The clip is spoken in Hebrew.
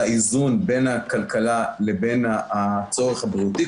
האיזון בין הכלכלה לבין הצורך הבריאותי,